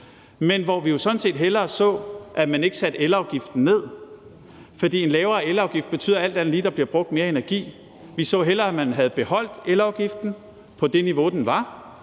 men hvor vi sådan set hellere så, at man ikke satte elafgiften ned, for en lavere elafgift betyder alt andet lige, at der bliver brugt mere energi. Vi så hellere, at man havde beholdt elafgiften på det niveau, den var